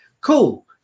Cool